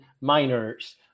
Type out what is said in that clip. miners